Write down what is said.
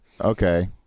Okay